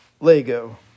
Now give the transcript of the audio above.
lego